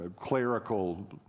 clerical